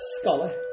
scholar